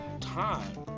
time